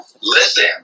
Listen